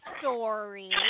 story